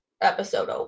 episode